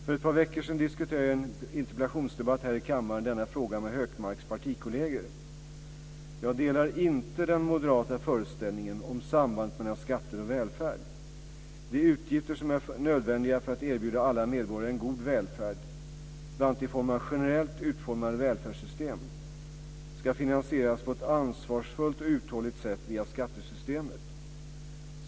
För ett par veckor sedan diskuterade jag i en interpellationsdebatt här i kammaren denna fråga med Hökmarks partikolleger. Jag delar inte den moderata föreställningen om sambandet mellan skatter och välfärd. De utgifter som är nödvändiga för att erbjuda alla medborgare en god välfärd - bl.a. i form av generellt utformade välfärdssystem - ska finansieras på ett ansvarsfullt och uthålligt sätt via skattesystemet.